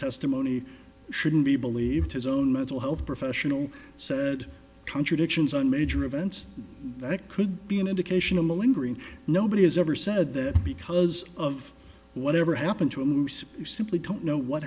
testimony shouldn't be believed his own mental health professional said contradictions on major events that could be an indication of the lingering nobody has ever said that because of whatever happened to him you simply don't know what